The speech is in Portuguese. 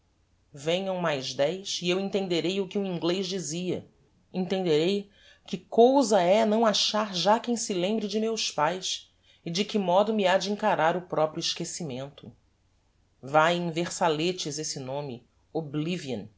venham mais dez e eu entenderei o que um inglez dizia entenderei que cousa é não achar já quem se lembre de meus paes e de que modo me ha de encarar o proprio esquecimento vae em versaletes esse nome